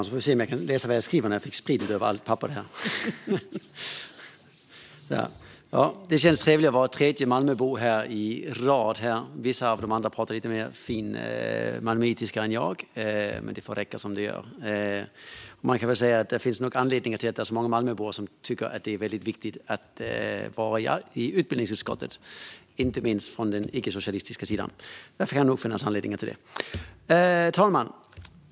Fru talman! Det känns trevligt att vara den tredje Malmöbon i rad här i talarstolen. De andra pratar lite finare malmöitiska än jag, men den får räcka ändå. Det kan nog finnas anledningar till att så många Malmöbor tycker att det är viktigt att vara med i utbildningsutskottet. Det gäller inte minst den icke-socialistiska sidan. Fru talman!